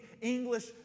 English